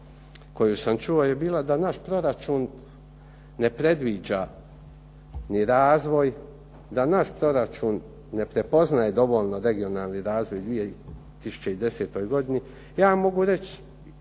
koju sam čuo je bila da naš proračun ne predviđa ni razvoj, da naš proračun ne prepoznaje dovoljno regionalni razvoj u 2010. godini. Ja mogu reći